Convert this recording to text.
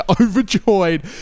overjoyed